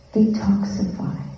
detoxify